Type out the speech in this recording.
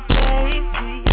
baby